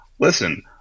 Listen